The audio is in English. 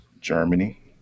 Germany